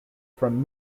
from